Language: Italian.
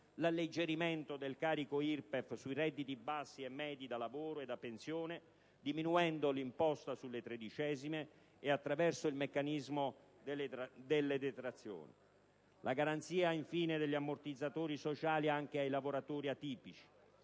l'alleggerimento del carico IRPEF sui redditi bassi e medi da lavoro e da pensione, diminuendo l'imposta sulle tredicesime e attraverso il meccanismo delle detrazioni; la garanzia degli ammortizzatori sociali anche ai lavoratori atipici.